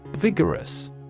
Vigorous